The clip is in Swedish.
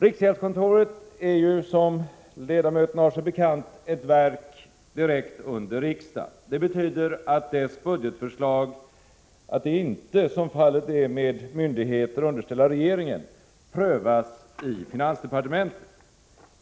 Riksgäldskontoret är — vilket är bekant för ledamöterna — ett verk direkt under riksdagen. Det betyder att dess budgetförslag inte, som fallet är med myndigheter underställda regeringen, prövas i finansdepartementet.